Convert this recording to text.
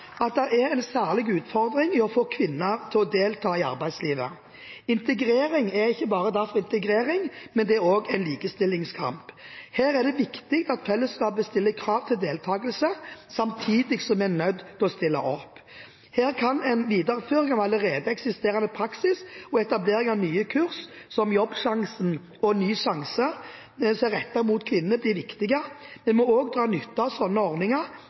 at det er en særlig utfordring i å få kvinner til å delta i arbeidslivet. Integrering er derfor ikke bare integrering, det er også en likestillingskamp. Her er det viktig at fellesskapet stiller krav til deltakelse, samtidig som vi er nødt til å stille opp. Her kan en videreføring av allerede eksisterende praksis og etablering av nye kurs, som Jobbsjansen og Ny sjanse, som er rettet mot kvinner, bli viktige. Vi må også dra nytte av sånne ordninger